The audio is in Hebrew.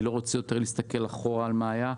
אני לא רוצה להסתכל יותר אחורה על מה שהיה,